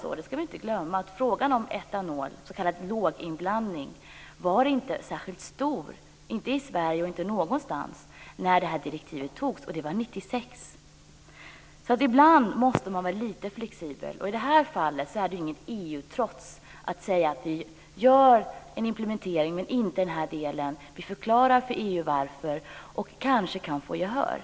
Men vi ska inte glömma att frågan om etanol - s.k. låginblandning - var inte särskilt stor, inte i Sverige och inte någonstans, när detta direktiv antogs, och det var Ibland måste man vara lite flexibel och i det här fallet är det inget EU-trots om vi säger att vi gör en implementering, men inte av den här delen. Vi förklarar för EU varför, och då kanske vi kan få gehör.